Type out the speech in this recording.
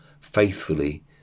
faithfully